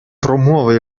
promuove